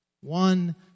One